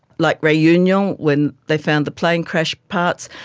like reunion um when they found the plane crash parts,